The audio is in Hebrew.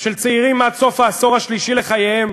של צעירים עד סוף העשור השלישי לחייהם.